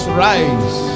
rise